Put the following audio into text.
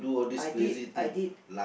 I did I did